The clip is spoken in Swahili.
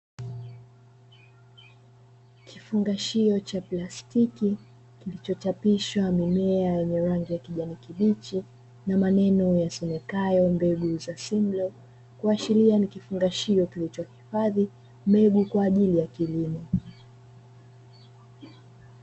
Kifungashio cha plastiki kilichochapishwa mimea yenye rangi ya kijani kibichi na maneno yasomekayo mbegu za "SIMLAW" kuashiria nikifungashio kilichohifadhi mbegu kwa ajili ya kilimo.